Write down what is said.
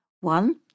One